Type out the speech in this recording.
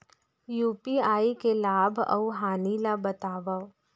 UPI के लाभ अऊ हानि ला बतावव